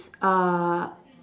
uh